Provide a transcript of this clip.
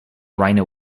rhino